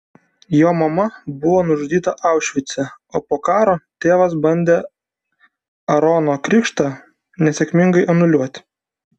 jo mama buvo nužudyta aušvice o po karo tėvas bandė aarono krikštą nesėkmingai anuliuoti